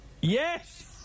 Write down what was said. Yes